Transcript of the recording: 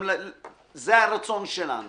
זה הרצון שלנו